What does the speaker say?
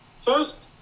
First